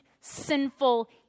sinful